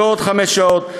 ועוד חמש שעות.